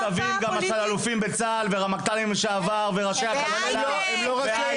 יש מכתבים גם של אלופים בצה"ל ורמטכ"לים לשעבר וראשי הכלכלה והייטק,